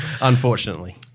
unfortunately